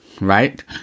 right